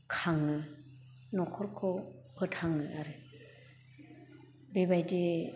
खाङो नखरखौ फोथाङो आरो बेबायदि